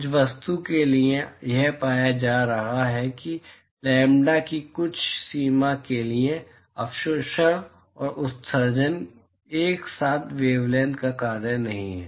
कुछ वस्तु के लिए यह पाया जा रहा है कि लैम्ब्डा की कुछ सीमा के लिए अवशोषण और उत्सर्जन एक साथ वेवलैंथ का कार्य नहीं है